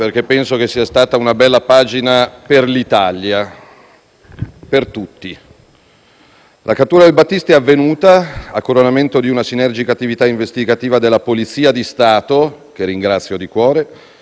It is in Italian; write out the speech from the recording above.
Penso che sia stata una bella pagina per l'Italia, per tutti. La cattura di Battisti, avvenuta a coronamento di una sinergica attività investigativa della Polizia di Stato, che ringrazio di cuore,